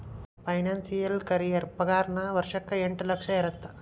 financial career ಪಾಗಾರನ ವರ್ಷಕ್ಕ ಎಂಟ್ ಲಕ್ಷ ಇರತ್ತ